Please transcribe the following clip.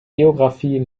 geographie